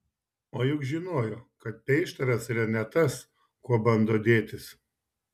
o juk žinojo kad peištaras yra ne tas kuo bando dėtis